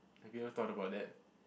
have you ever thought about that